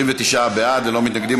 29 בעד, ללא מתנגדים.